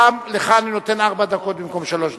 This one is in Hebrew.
גם לך אני נותן ארבע דקות במקום שלוש דקות.